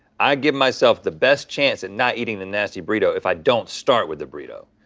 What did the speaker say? i give myself the best chance at not eating the nasty burrito if i don't start with the burrito,